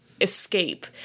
escape